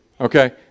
okay